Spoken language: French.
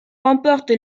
remporte